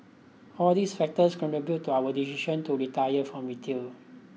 all these factors contributed to our decision to retire from retail